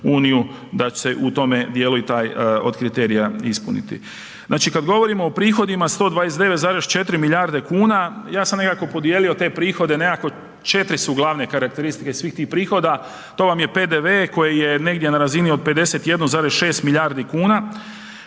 da se u tome dijelu i taj od kriterija ispuniti. Znači, kad govorimo o prihodima, 129,4 milijarde kuna, ja sam nekako podijelio te prihode, nekako 4 su glavne karakteristike svih tih prihoda, to vam je PDV koji je negdje na razini od 51,6 milijardi kuna,